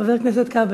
חבר הכנסת כבל.